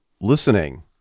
listening